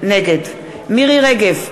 נגד מירי רגב,